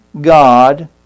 God